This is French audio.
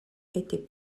étaient